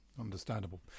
understandable